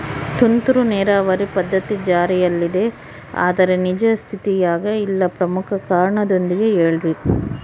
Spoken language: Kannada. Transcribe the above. ತುಂತುರು ನೇರಾವರಿ ಪದ್ಧತಿ ಜಾರಿಯಲ್ಲಿದೆ ಆದರೆ ನಿಜ ಸ್ಥಿತಿಯಾಗ ಇಲ್ಲ ಪ್ರಮುಖ ಕಾರಣದೊಂದಿಗೆ ಹೇಳ್ರಿ?